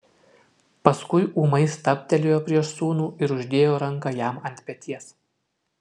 paskui ūmai stabtelėjo prieš sūnų ir uždėjo ranką jam ant peties